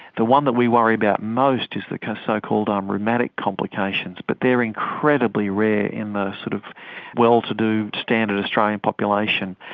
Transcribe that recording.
the one that we worry about most is the so-called um rheumatic complications, but they are incredibly rare in the sort of well-to-do standard australian population.